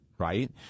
right